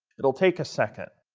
it'll take a second.